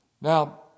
Now